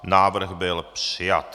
Návrh byl přijat.